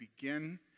begin